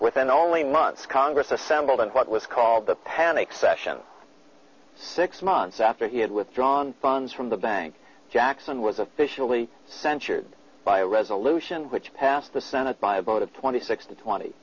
within only months congress assembled in what was called the panic session six months after he had withdrawn funds from the bank jackson was officially censured by a resolution which passed the senate by a vote of twenty six to twenty